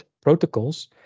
protocols